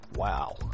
Wow